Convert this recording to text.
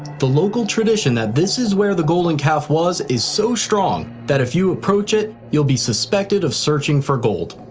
the local tradition that this is where the golden calf was is so strong that if you approach it, you'll be suspected of searching for gold.